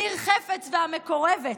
ניר חפץ והמקורבת,